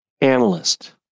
analyst